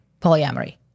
polyamory